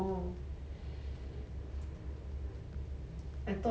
orh